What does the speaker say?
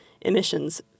emissions